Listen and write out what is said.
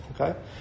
Okay